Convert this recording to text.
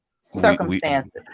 circumstances